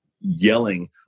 yelling